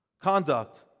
Conduct